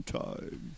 time